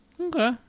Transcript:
Okay